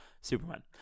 Superman